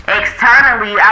externally